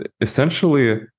essentially